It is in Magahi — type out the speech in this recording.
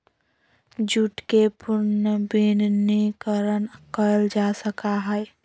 जूट के पुनर्नवीनीकरण कइल जा सका हई